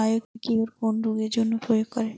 Biocure কোন রোগেরজন্য প্রয়োগ করে?